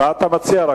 מה אתה מציע?